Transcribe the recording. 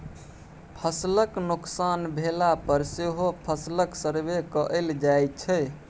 फसलक नोकसान भेला पर सेहो फसलक सर्वे कएल जाइ छै